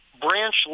branch